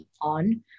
on